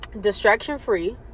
distraction-free